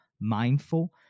mindful